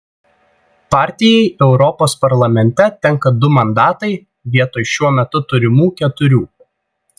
partijai europos parlamente tenka du mandatai vietoj šiuo metu turimų keturių